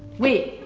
wait,